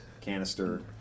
canister